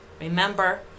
Remember